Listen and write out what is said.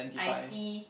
I see